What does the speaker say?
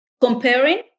comparing